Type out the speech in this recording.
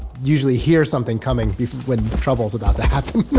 usually hear something coming when trouble's about to happen.